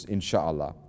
Insha'Allah